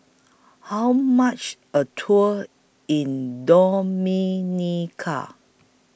How much A Tour in Dominica